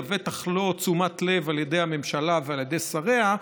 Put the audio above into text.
לבטח לא תשומת לב על ידי הממשלה ועל ידי שריה,